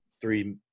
three